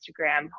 Instagram